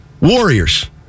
Warriors